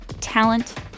talent